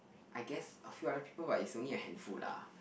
I guess a few other people but it's only a handful lah